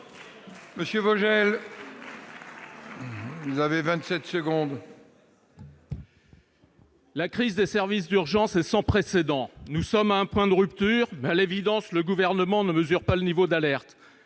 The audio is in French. Pierre Vogel, pour la réplique. La crise des services d'urgence est sans précédent ! Nous sommes à un point de rupture, mais à l'évidence, le Gouvernement ne mesure pas le niveau d'alerte.